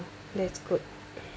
that's good